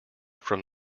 from